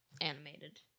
animated